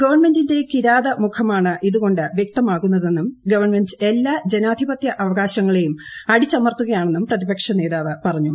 ഗവൺമെന്റി ന്റെ കിരാത മുഖമാണ് ഇതുകൊണ്ട് വ്യക്തമാകുന്നതെന്നും ഗവൺമെന്റ് എല്ലാ ജനാധിപത്യ അവകാശങ്ങളെയും അടിച്ചമർത്തുകയാണെന്നും പ്രതിപക്ഷ നേതാവ് പറഞ്ഞു